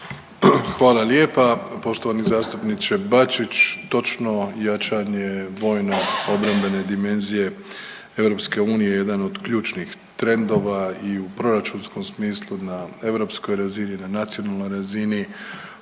Hvala lijepa poštovani zastupniče Bačić. Točno jačanje vojno obrambene dimenzije EU jedan od ključnih trendova i u proračunskom smislu na europskoj razini na nacionalnoj razini,